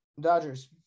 Dodgers